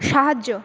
সাহায্য